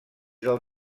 del